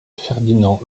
ferdinand